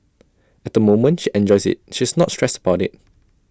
at the moment she enjoys IT she's not stressed about IT